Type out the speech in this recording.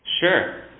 Sure